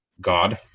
God